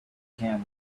camel